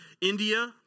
India